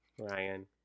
Ryan